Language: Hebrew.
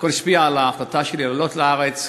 השפיע על ההחלטה שלי לעלות לארץ,